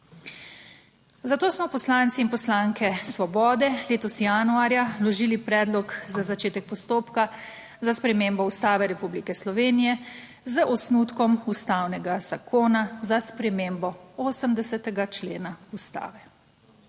Zato smo poslanci in poslanke Svobode letos januarja vložili predlog za začetek postopka za spremembo Ustave Republike Slovenije z osnutkom ustavnega zakona za spremembo 80. člena Ustave.